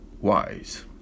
wise